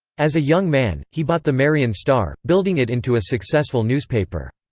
as a young man, he bought the marion star, building it into a successful newspaper.